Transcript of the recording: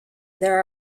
there